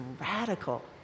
radical